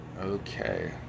Okay